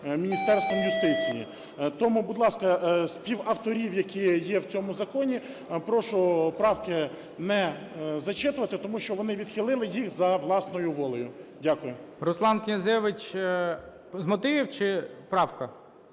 Міністерством юстиції. Тому, будь ласка, співавторів, які є в цьому законі, прошу правки не зачитувати, тому що вони відхилили їх за власною волею. Дякую. ГОЛОВУЮЧИЙ. Руслан Князевич, з мотивів, чи правка?